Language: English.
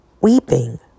weeping